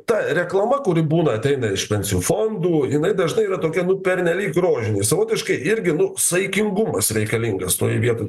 ta reklama kuri būna ateina iš pensijų fondų jinai dažnai yra tokia pernelyg grožinė savotiškai irgi nu saikingumas reikalingas toj vietoj